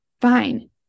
fine